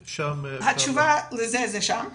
התשובה לזה נמצאת שם.